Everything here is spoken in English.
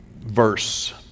verse